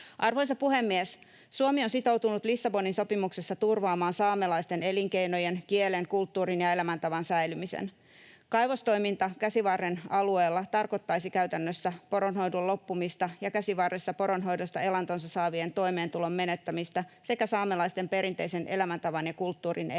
Arvoisa puhemies! Suomi on sitoutunut Lissabonin sopimuksessa turvaamaan saamelaisten elinkeinojen, kielen, kulttuurin ja elämäntavan säilymisen. Kaivostoiminta Käsivarren alueella tarkoittaisi käytännössä poronhoidon loppumista ja Käsivarressa poronhoidosta elantonsa saavien toimeentulon menettämistä sekä saamelaisten perinteisen elämäntavan ja kulttuurin ehtymistä.